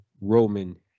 Roman